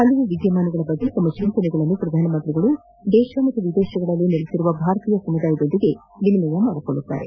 ಹಲವು ವಿದ್ಯಮಾನಗಳ ಬಗ್ಗೆ ತಮ್ಮ ಚಿಂತನೆಗಳನ್ನು ಅವರು ದೇಶದ ಹಾಗೂ ವಿದೇಶಗಳಲ್ಲಿ ನೆಲೆಸಿರುವ ಭಾರತೀಯ ಸಮುದಾಯದೊಂದಿಗೆ ವಿನಿಮಯ ಮಾಡಿಕೊಳ್ಳಲಿದ್ದಾರೆ